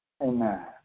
amen